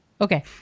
Okay